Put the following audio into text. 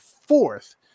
fourth